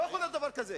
לא יכול להיות דבר כזה.